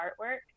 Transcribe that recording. artwork